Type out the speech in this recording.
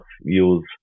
use